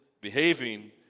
behaving